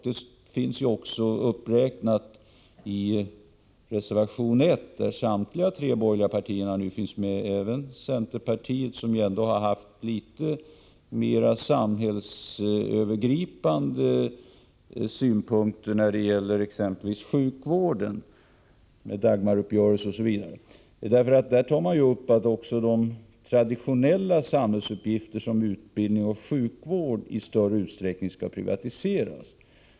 Det finns uppräknat i reservation 1, där samtliga tre borgerliga partier är med — även centerpartiet, som ändå hade litet mer samhällsövergripande synpunkter när det gällde exempelvis sjukvården och Dagmaruppgörelsen. I reservationen kräver man att även traditionella samhällsuppgifter såsom utbildning och sjukvård i större utsträckning skall privatiseras.